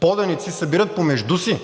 поданици събират помежду си.